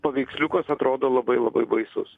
paveiksliukas atrodo labai labai baisus